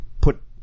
put